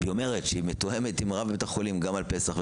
היא אומרת שהיא מתואמת עם רב בית החולים על פסח,